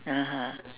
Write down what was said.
(uh huh)